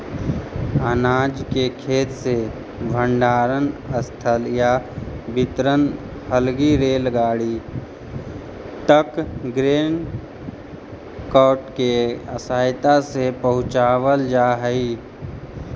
अनाज के खेत से भण्डारणस्थल या वितरण हलगी रेलगाड़ी तक ग्रेन कार्ट के सहायता से पहुँचावल जा हई